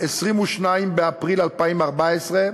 22 באפריל 2014,